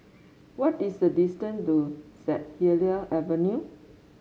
what is the distance to St Helier Avenue